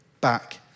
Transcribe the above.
back